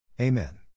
Amen